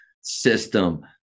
system